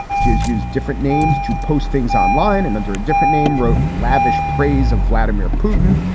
she has used different names to post things online and under a different name, wrote lavish praise of vladimir putin.